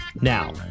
Now